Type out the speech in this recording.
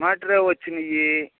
Motorola వచ్చినాయి